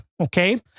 okay